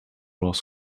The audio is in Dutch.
was